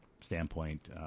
standpoint